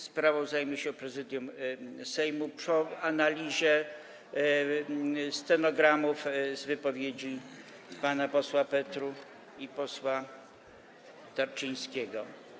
Sprawą zajmie się Prezydium Sejmu po analizie stenogramów z wypowiedzi pana posła Petru i pana posła Tarczyńskiego.